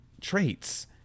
traits